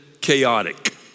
chaotic